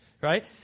right